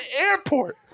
airport